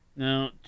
Now